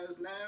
now